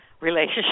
relationship